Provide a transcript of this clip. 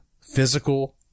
physical